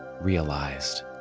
realized